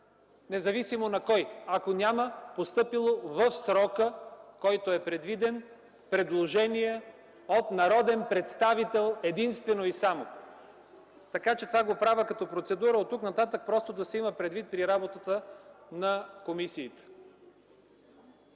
независимо на кой, ако няма постъпило в предвидения срок предложение от народен представител – единствено и само. Това правя като процедура – оттук нататък просто да се има предвид при работата на комисиите.